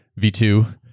v2